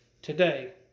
Today